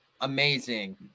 amazing